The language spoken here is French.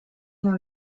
avant